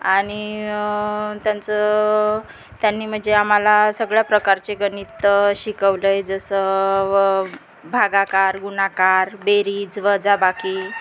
आणि त्यांचं त्यांनी म्हणजे आम्हाला सगळ्या प्रकारचे गणितं शिकवलं आहे जसं भागाकार गुणाकार बेरीज वजा बाकी